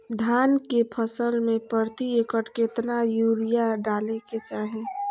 धान के फसल में प्रति एकड़ कितना यूरिया डाले के चाहि?